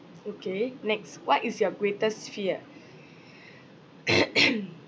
okay next what is your greatest fear